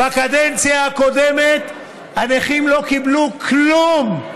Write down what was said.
בקדנציה הקודמת הנכים לא קיבלו כלום.